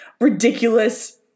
ridiculous